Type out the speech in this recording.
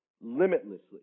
limitlessly